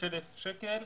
25,000 שקל